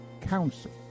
Council